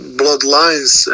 bloodlines